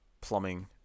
plumbing